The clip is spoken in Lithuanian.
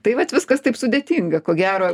tai vat viskas taip sudėtinga ko gero